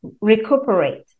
recuperate